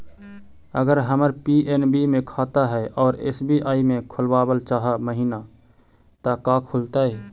अगर हमर पी.एन.बी मे खाता है और एस.बी.आई में खोलाबल चाह महिना त का खुलतै?